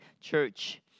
church